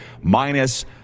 minus